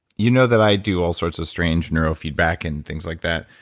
you know that i do all sorts of strange neurofeedback and things like that.